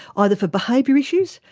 either for behaviour issues,